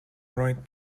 right